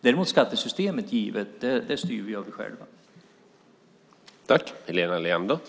Däremot är det givet att vi själva styr över skattesystemet.